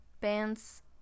pants